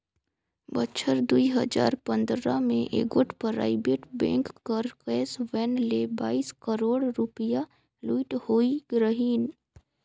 बछर दुई हजार पंदरा में एगोट पराइबेट बेंक कर कैस वैन ले बाइस करोड़ रूपिया लूइट होई रहिन